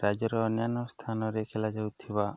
ରାଜ୍ୟର ଅନ୍ୟାନ୍ୟ ସ୍ଥାନରେ ଖେଲାଯାଉଥିବା